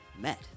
met